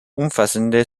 umfassende